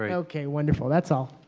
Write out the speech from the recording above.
ah okay, wonderful. that's all.